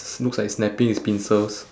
it's looks like it's snapping its pincers